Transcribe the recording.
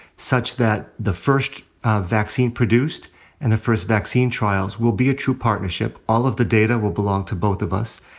such that the first vaccine produced and the first vaccine trials will be a true partnership. all of the data will belong to both of us.